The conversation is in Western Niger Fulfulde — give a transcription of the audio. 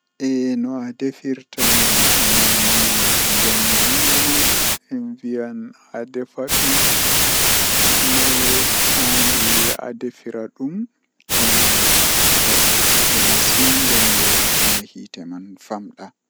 Mi settan malla he'a frutji man kala komi mari fuu mi taitan dum nden mi heba unordu mi loppa dum haa nder mi wayla haa koofi am jei miyidi malla taaso tomi wala unordu bo woodi kobe wiyata dum blander mi waila haa nder mi wada blendin maajum mi wayla haa kofi am.